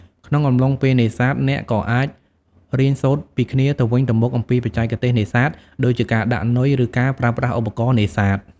ក្នុងអំឡុងពេលនេសាទ អ្នកក៏អាចរៀនសូត្រពីគ្នាទៅវិញទៅមកអំពីបច្ចេកទេសនេសាទ ដូចជាការដាក់នុយឬការប្រើប្រាស់ឧបករណ៍នេសាទ។